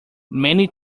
many